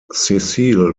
cecil